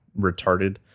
retarded